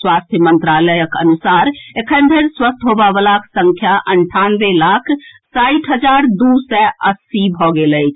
स्वास्थ्य मंत्रालयक अनुसार एखन धरि स्वस्थ होबए वलाक संख्या अंठानवे लाख साठि हजार दू सय अस्सी भऽ गेल अछि